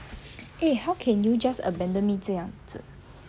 eh how can you just abandon me 这样子